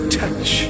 touch